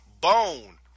Bone